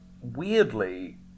weirdly